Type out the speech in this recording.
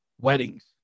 Weddings